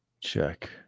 check